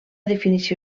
definició